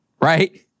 Right